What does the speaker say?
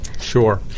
Sure